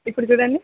ఇప్పుడు చూడండి